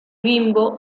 bimbo